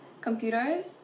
computers